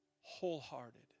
wholehearted